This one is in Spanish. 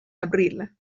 abril